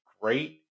great